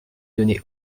donné